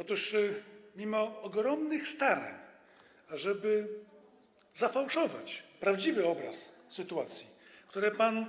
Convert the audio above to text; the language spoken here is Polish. Otóż mimo ogromnych starań, ażeby zafałszować prawdziwy obraz sytuacji, które pan